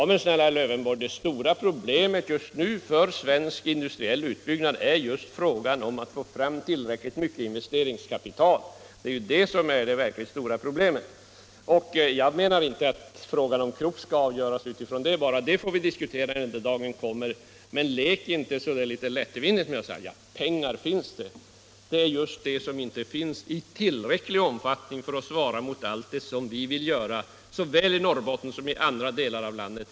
Men snälla herr Lövenborg, det stora problemet just nu för svensk industriell utbyggnad är ju att få fram tillräckligt mycket investeringskapital. Det är ju det som är det verkligt stora problemet. Jag menar inte att frågan om Krupps inblandning skall avgöras bara av det. Den saken får vi diskutera när den dagen kommer. Men lek inte så där lättvindigt med orden genom att barå säga: Pengar finns det. Pengar finns inte i tillräcklig omfattning för att svara mot allt vad vi vill göra såväl i Norrbotten som i andra delar av landet.